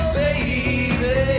baby